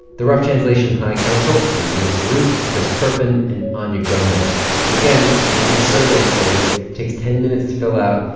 the rough translation high council is neal carruth, chris turpin and anya grundmann and again, we have a survey for you. it takes ten minutes to fill out.